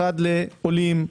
אחד לעולים,